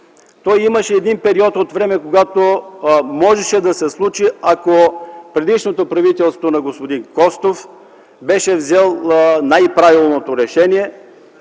Имаше период от време, когато можеше да се случи, ако предишното правителство на господин Костов беше взело най-правилното решение